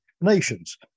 Nations